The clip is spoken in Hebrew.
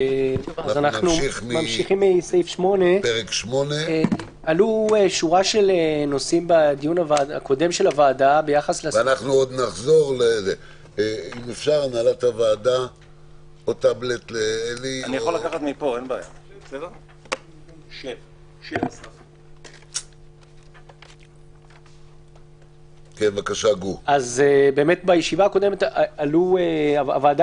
אנחנו ממשיכים מסעיף 8. בישיבה הקודמת הוועדה